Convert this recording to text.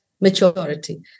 maturity